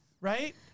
Right